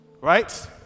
Right